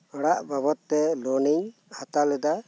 ᱚᱲᱟᱜ ᱵᱟᱵᱚᱛ ᱛᱮ ᱞᱳᱱ ᱤᱧ ᱦᱟᱛᱟᱣ ᱞᱮᱫᱟ